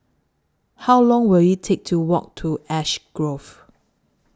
How Long Will IT Take to Walk to Ash Grove